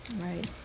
Right